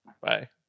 Bye